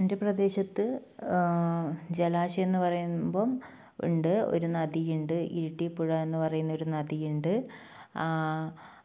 എൻ്റെ പ്രദേശത്ത് ജലാശയംന്ന് പറയുമ്പോൾ ഉണ്ട് ഒരു നദിയുണ്ട് ഇരട്ടിപ്പുഴ എന്ന് പറയുന്ന ഒരു നദിയുണ്ട്